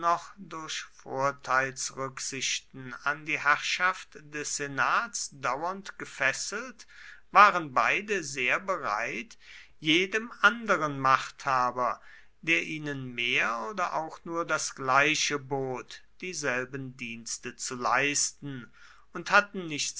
durch vorteilsrücksichten an die herrschaft des senats dauernd gefesselt waren beide sehr bereit jedem anderen machthaber der ihnen mehr oder auch nur das gleiche bot dieselben dienste zu leisten und hatten